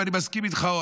ואני מסכים איתך,